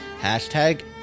Hashtag